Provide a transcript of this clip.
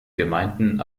gemeinden